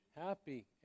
happy